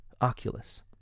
oculus